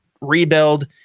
rebuild